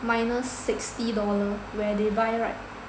minus sixty dollar where they buy right